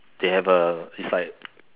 they have a it's like